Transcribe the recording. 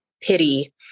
pity